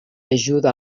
ajuda